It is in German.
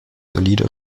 solide